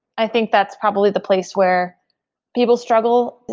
i think that's probably the place where people struggle.